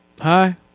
Hi